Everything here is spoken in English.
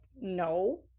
no